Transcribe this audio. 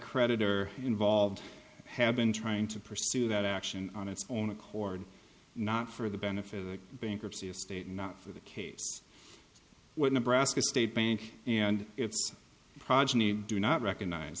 creditor involved have been trying to pursue that action on its own accord not for the benefit of the bankruptcy estate not for the case with nebraska state bank and its progeny do not recognize